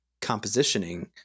compositioning